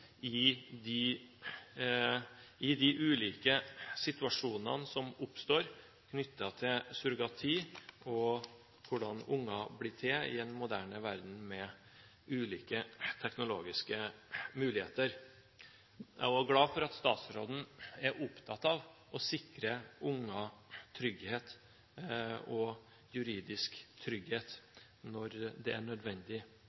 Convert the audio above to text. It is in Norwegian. i de ulike situasjonene som oppstår knyttet til surrogati, og hvordan unger blir til i en moderne verden med ulike teknologiske muligheter. Jeg er også glad for at statsråden er opptatt av å sikre unger trygghet og juridisk